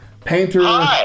painter